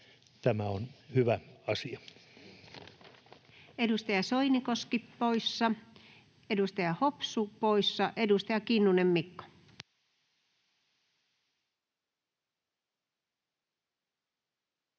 Content: Edustaja Soinikoski poissa, edustaja Hopsu poissa. — Edustaja Kinnunen, Mikko.